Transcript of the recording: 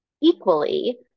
Equally